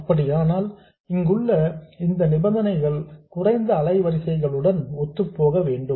அப்படியானால் இங்குள்ள இந்த நிபந்தனைகள் குறைந்த அலைவரிசைகளுடன் ஒத்துப்போக வேண்டும்